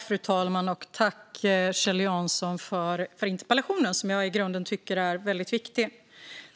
Fru talman! Tack, Kjell Jansson, för interpellationen, som jag i grunden tycker är väldigt viktig!